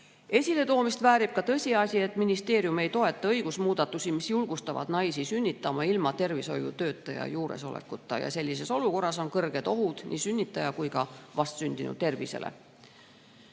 Esiletoomist väärib ka tõsiasi, et ministeerium ei toeta õigusmuudatusi, mis julgustavad naisi sünnitama ilma tervishoiutöötaja juuresolekuta. Sellises olukorras on suur oht nii sünnitaja kui ka vastsündinu tervisele.